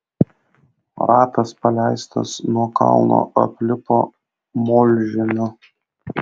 ratas paleistas nuo kalno aplipo molžemiu